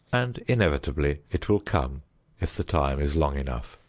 and inevitably it will come if the time is long enough.